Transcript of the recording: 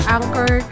Anchor